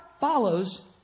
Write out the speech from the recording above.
follows